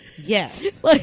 Yes